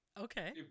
Okay